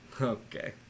Okay